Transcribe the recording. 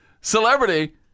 Celebrity